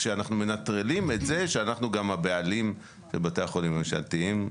כשאנחנו מנטרלים את זה שאנחנו גם הבעלים של בתי החולים הממשלתיים.